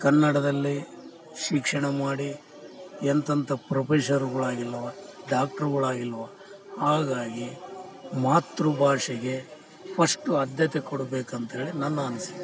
ಕನ್ನಡದಲ್ಲಿ ಶಿಕ್ಷಣ ಮಾಡಿ ಎಂತೆಂಥ ಪ್ರೊಪೆಷರುಗಳಾಗಿಲ್ಲವಾ ಡಾಕ್ಟ್ರುಗಳಾಗಿಲ್ಲವಾ ಹಾಗಾಗಿ ಮಾತೃಭಾಷೆಗೆ ಫಸ್ಟು ಆದ್ಯತೆ ಕೊಡ್ಬೇಕಂತ್ಹೇಳಿ ನನ್ನ ಅನಿಸಿಕೆ